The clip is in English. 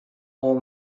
all